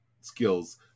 skills